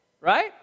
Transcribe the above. right